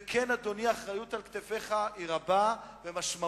וכן, אדוני, האחריות על כתפיך היא רבה ומשמעותית.